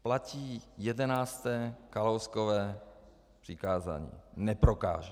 Platí jedenácté Kalouskovo přikázání neprokážeš.